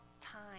time